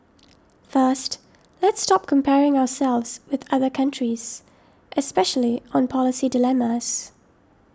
first let's stop comparing ourselves with other countries especially on policy dilemmas